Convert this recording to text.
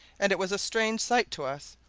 and it was a strange sight to us,